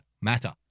matter